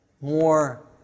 more